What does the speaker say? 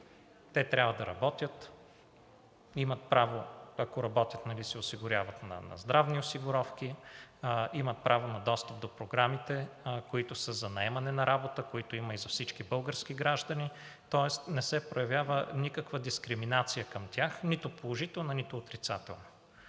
Те трябва да работят, имат право, ако работят и се осигуряват, на здравни осигуровки, имат право на достъп до програмите, които са за наемане на работа, които има и за всички български граждани. Тоест не се проявява никаква дискриминация към тях – нито положителна, нито отрицателна.